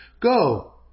Go